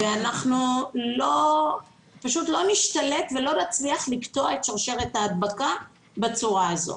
-- אנחנו לא נשתלט ולא נצליח לקטוע את שרשרת ההדבקה בצורה הזאת.